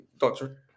doctor